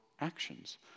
actions